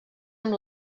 amb